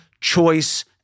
choice